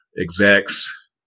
execs